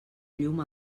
llum